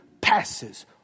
passes